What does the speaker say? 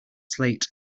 slate